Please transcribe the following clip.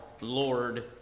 Lord